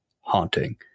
haunting